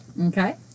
Okay